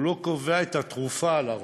הוא לא קובע את התרופה לרופא,